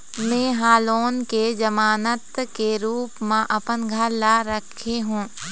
में ह लोन के जमानत के रूप म अपन घर ला राखे हों